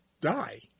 die